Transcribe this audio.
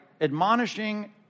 admonishing